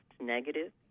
negative